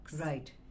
Right